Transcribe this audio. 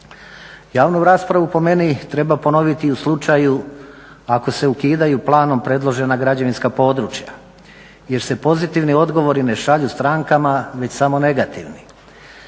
Javnu raspravu po meni treba ponoviti u slučaju ako se ukidaju planom predložena građevinska područja jer se pozitivni odgovori ne šalju strankama već samo negativni